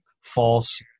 false